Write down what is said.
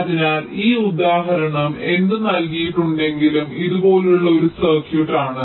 അതിനാൽ ഈ ഉദാഹരണം എന്ത് നൽകിയിട്ടുണ്ടെങ്കിലും ഇതുപോലുള്ള ഒരു സർക്യൂട്ട് ആണ്